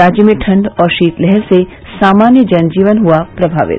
राज्य में ठंड और शीतलहर से सामान्य जन जीवन हुआ प्रभावित